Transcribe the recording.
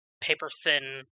paper-thin